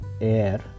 air